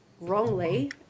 wrongly